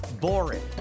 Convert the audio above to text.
boring